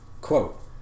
Quote